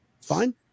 Fine